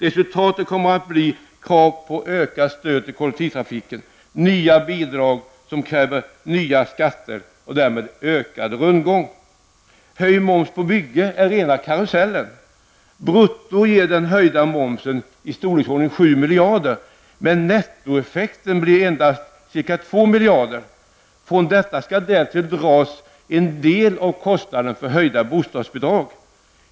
Resultatet kommer att bli krav på ökat stöd till kollektivtrafiken, dvs. nya bidrag, som kräver nya skatter och därmed ökad rundgång. Höjd moms på bygge är rena karusellen. Brutto ger den höjda momsen ca 7 miljarder, men nettoeffekten blir endast ca 2 miljarder, och från detta skall därtill dras en del av kostnaden för höjda bostadsbidrag.